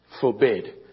forbid